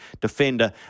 defender